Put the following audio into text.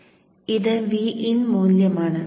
ഇത് Vin മൂല്യമാണ്